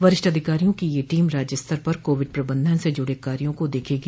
वरिष्ठ अधिकारियों की यह टीम राज्य स्तर पर कोविड प्रबंधन से जुड़े कार्यों को देखेगी